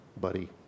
buddy